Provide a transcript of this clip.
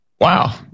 Wow